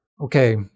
okay